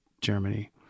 Germany